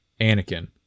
Anakin